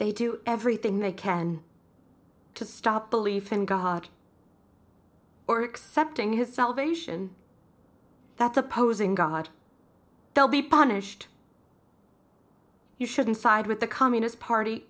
they do everything they can to stop belief in god or accepting his salvation that's opposing god they'll be punished you shouldn't side with the communist party